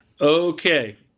Okay